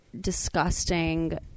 Disgusting